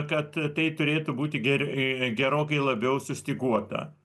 kad tai turėtų būti ger gerokai labiau sustyguota